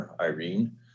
Irene